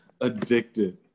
addicted